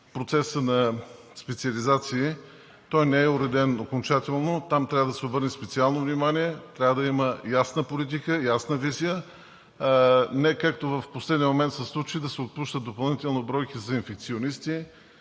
процеса на специализации, а той не е уреден окончателно. Там трябва да се обърне специално внимание и трябва да има ясна политика, ясна визия, а не както в последния момент се случи – да се отпускат допълнително бройки за инфекционисти,